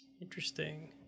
Interesting